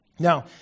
Now